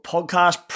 Podcast